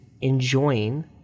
enjoying